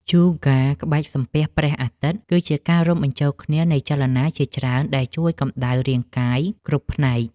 យូហ្គាក្បាច់ សំពះព្រះអាទិត្យ គឺជាការរួមបញ្ចូលគ្នានៃចលនាជាច្រើនដែលជួយកម្ដៅរាងកាយគ្រប់ផ្នែក។